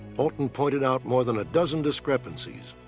alton pointed out more than a dozen discrepancies.